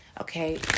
Okay